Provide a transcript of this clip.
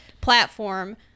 platform